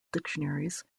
dictionaries